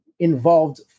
involved